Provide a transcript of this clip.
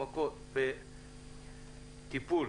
טיפול